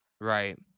right